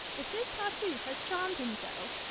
if his tartuffe has charmed him so,